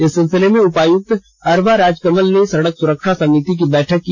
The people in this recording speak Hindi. इस सिलसिले में उपायुक्त अरवा राजकमल ने सड़क सुरक्षा समिति की बैठक की